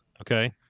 okay